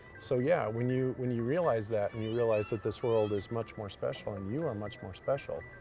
so yeah, when you when you realise that and you realise that this world is much more special and you are much more special,